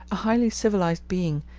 a highly civilized being,